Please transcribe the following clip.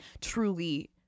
truly